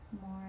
more